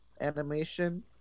animation